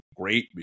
great